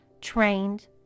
trained